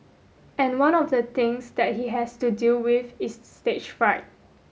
and one of the things that he has to deal with is stage fright